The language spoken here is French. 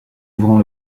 ouvrant